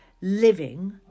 living